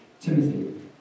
Timothy